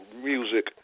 music